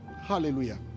Hallelujah